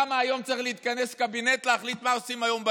למה היום צריך להתכנס קבינט להחליט מה עושים היום בערב,